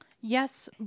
Yes